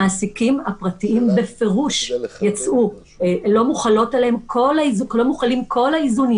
על המעסיקים הפרטיים בפירוש לא מוחלים כל האיזונים